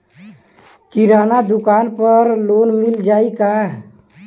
किराना दुकान पर लोन मिल जाई का?